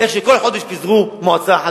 כשכל חודש פיזרו מועצה אחת,